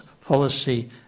policy